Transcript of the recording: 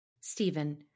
Stephen